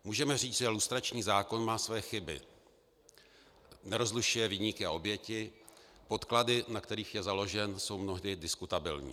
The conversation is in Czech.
Můžeme říct, že lustrační zákon má své chyby nerozlišuje viníky a oběti, podklady, na kterých je založen, jsou mnohdy diskutabilní.